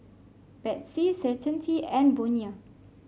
Betsy Certainty and Bonia